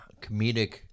comedic